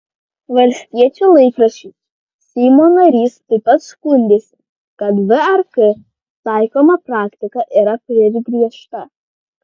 valstiečių laikraščiui seimo narys taip pat skundėsi kad vrk taikoma praktika yra per griežta